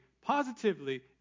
positively